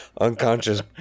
unconscious